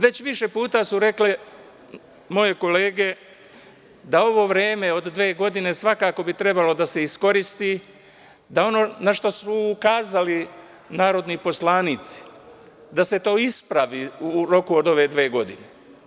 Već više puta su rekle moje kolege da ovo vreme od dve godine svakako bi trebalo da se iskoristi da ono na šta su ukazali narodni poslanici, da se to ispravi u roku od ove dve godine.